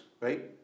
right